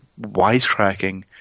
wisecracking